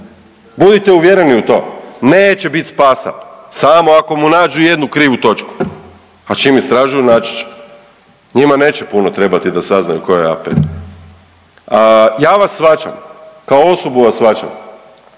budite uvjereni u to samo ako mu nađu jednu krivu točku, a čim istražuju naći će. Njima neće puno trebati da saznaju ko je AP. A ja vas shvaćam kao osobu vas shvaćam